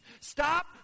Stop